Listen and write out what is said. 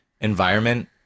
environment